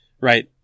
right